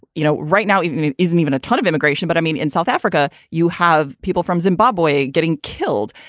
you know, right now even it isn't even a ton of immigration. but i mean, in south africa, you have people from zimbabwe getting killed.